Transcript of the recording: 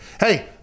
Hey